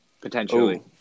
Potentially